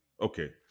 Okay